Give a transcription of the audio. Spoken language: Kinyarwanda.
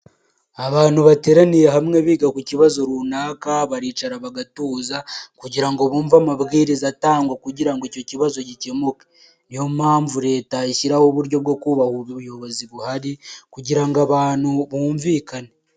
Abantu bateraniye hamwe biga ku kibazo runaka, baricara bagatuza kugirango bumve amabwiriza atangwa kugirango icyo kibazo gikemuke, niyo mpamvu leta ishyiraho uburyo bwo kubaha ubuyobozi buhari kugirango abantu bumvikane.